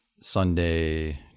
sunday